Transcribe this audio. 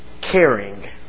Caring